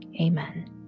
amen